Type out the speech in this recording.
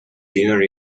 dinner